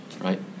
Right